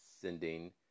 sending